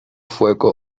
sueco